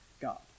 God